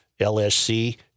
LSC